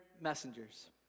Messengers